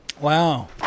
Wow